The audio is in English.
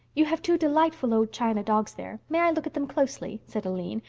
you have two delightful old china dogs there. may i look at them closely? said aline,